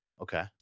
Okay